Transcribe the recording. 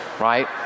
Right